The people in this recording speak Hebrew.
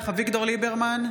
ליברמן,